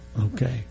Okay